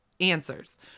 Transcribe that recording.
answers